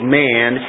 man